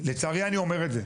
לצערי אני אומר את זה.